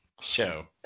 show